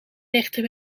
nichten